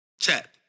chat